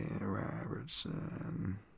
Robertson